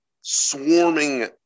swarming